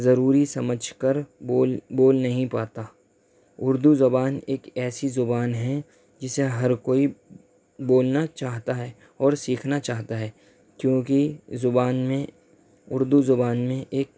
ضروری سمجھ کر بول بول نہیں پاتا اردو زبان ایک ایسی زبان ہے جسے ہر کوئی بولنا چاہتا ہے اور سیکھنا چاہتا ہے کیوںکہ زبان میں اردو زبان میں ایک